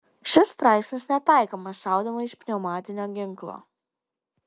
šis straipsnis netaikomas šaudymui iš pneumatinio ginklo